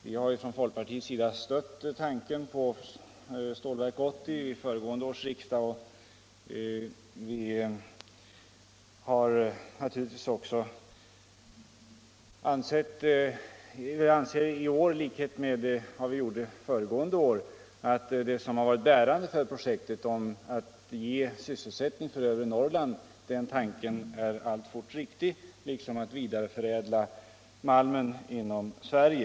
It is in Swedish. Vi har från folkpartiets sida stött tanken på Stålverk 80 i föregående riksdag, och vi anser i år i likhet med föregående år att tanken som varit bärande för projektet, nämligen att ge sysselsättning åt övre Norrland, alltfort är riktig, liksom att vidareförädla malmen inom Sverige.